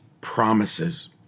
promises